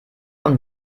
und